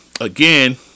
again